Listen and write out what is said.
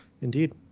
Indeed